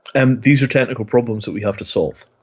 and these are technical problems that we have to solve.